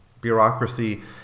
bureaucracy